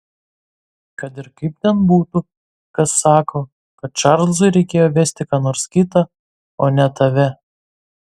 kad ir kaip ten būtų kas sako kad čarlzui reikėjo vesti ką nors kitą o ne tave